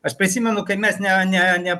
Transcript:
aš prisimenu kaip mes ne ne ne